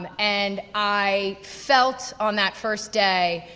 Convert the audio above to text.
and i felt on that first day,